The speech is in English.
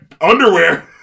underwear